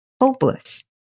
hopeless